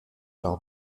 par